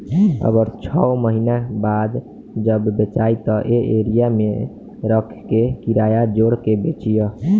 अगर छौ महीना बाद जब बेचायी त ए एरिया मे रखे के किराया जोड़ के बेची ह